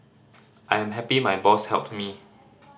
I am happy my boss helped me